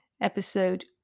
Episode